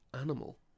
animal